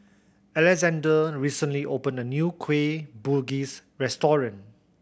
Alexander recently opened a new Kueh Bugis restaurant